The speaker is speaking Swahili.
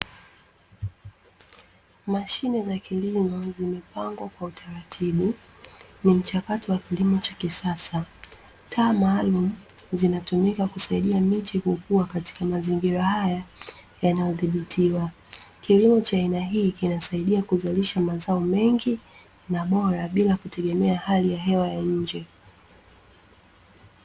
Mashine za kilimo zimepangwa kwa utaratibu, ni mchakato wa kilimo cha kisasa. Taa maalumu zinatumika kusaidia miche kukua katika mazingira haya yanayodhibitiwa. Kilimo cha aina hii kinasaidia kuzalisha mazao mengi na bora bila kutegemea hali ya hewa ya nje.